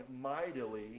mightily